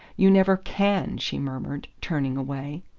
you never can, she murmured, turning away.